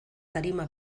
tarima